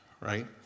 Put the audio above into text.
right